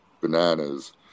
bananas